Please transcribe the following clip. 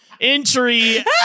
entry